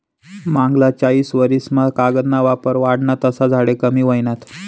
मांगला चायीस वरीस मा कागद ना वापर वाढना तसा झाडे कमी व्हयनात